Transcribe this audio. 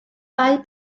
dau